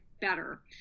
better